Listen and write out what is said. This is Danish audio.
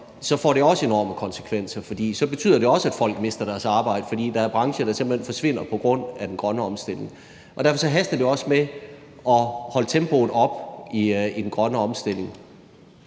så får det også enorme konsekvenser, for det betyder også, at folk mister deres arbejde, fordi der er brancher, der simpelt hen forsvinder på grund af den grønne omstilling. Derfor haster det også med at holde tempoet oppe i den grønne omstilling